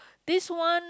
this one